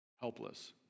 Helpless